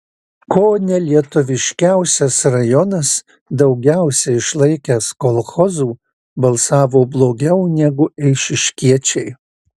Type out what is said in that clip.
ko ne lietuviškiausias rajonas daugiausiai išlaikęs kolchozų balsavo blogiau negu eišiškiečiai